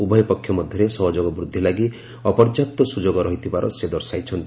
ଉଭୟପକ୍ଷ ମଧ୍ୟରେ ସହଯୋଗ ବୃଦ୍ଧି ଲାଗି ଅପର୍ଯ୍ୟାପ୍ତ ସ୍କୁଯୋଗ ରହିଥିବାର ସେ ଦର୍ଶାଇଛନ୍ତି